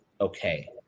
okay